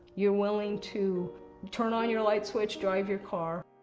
you're willing to turn on your light switch, drive your car.